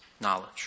knowledge